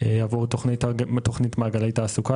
עבור תוכנית מעגלי תעסוקה,